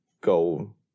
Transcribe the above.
go